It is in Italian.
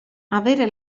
avere